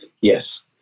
Yes